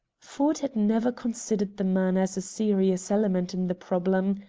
ford had never considered the man as a serious element in the problem.